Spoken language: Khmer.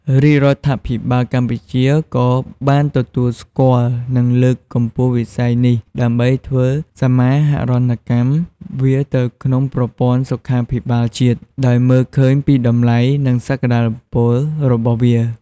រាជរដ្ឋាភិបាលកម្ពុជា ក៏បានទទួលស្គាល់ និងលើកកម្ពស់វិស័យនេះ ដើម្បីធ្វើសមាហរណកម្មវាទៅក្នុងប្រព័ន្ធសុខាភិបាលជាតិ ដោយមើលឃើញពីតម្លៃ និងសក្ដានុពលរបស់វា។